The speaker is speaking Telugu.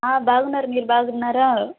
బాగున్నారు మీరు బాగున్నారా